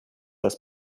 das